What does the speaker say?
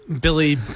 billy